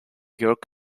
york